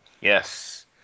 yes